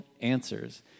answers